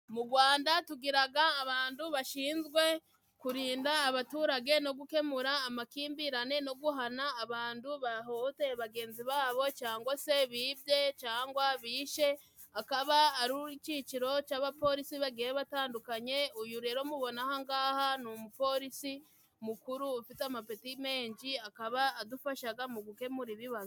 Mu Rwanda tugiraga abantu bashinzwe kurinda abaturage, no gukemura amakimbirane, no guhana abandu bahohotera bagenzi babo, cyangwa se bibye, cangwa bishe. Akaba ari iciciro c'abapolisi bagiye batandukanye. Uyu rero mubona aha ngaha ni umupolisi mukuru, ufite amapeti menshi. Akaba adufashaga mu gukemura ibibazo.